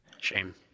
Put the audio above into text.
Shame